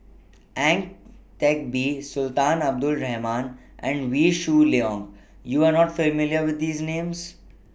Ang Teck Bee Sultan Abdul Rahman and Wee Shoo Leong YOU Are not familiar with These Names